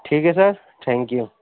ٹھیک ہے sir thank you